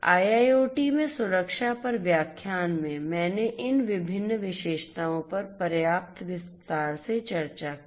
IIoT में सुरक्षा पर व्याख्यान में मैंने इन विभिन्न विशेषताओं पर पर्याप्त विस्तार से चर्चा की